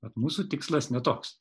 bet mūsų tikslas ne toks